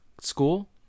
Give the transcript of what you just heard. school